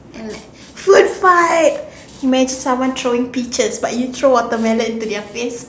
and like food fight imagine someone throwing peaches but you throw watermelon into their face